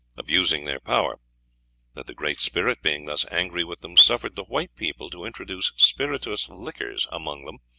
abusing their power that the great spirit, being thus angry with them, suffered the white people to introduce spirituous liquors among them,